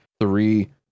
three